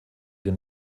den